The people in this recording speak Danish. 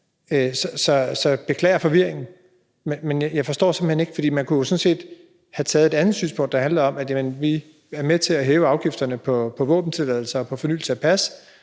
jeg beklager forvirringen, men jeg forstår det simpelt hen ikke, for man kunne jo sådan set have taget et andet synspunkt, der handlede om, at vi ville være med til at hæve afgifterne på våbentilladelser og på fornyelse af pas,